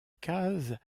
case